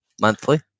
monthly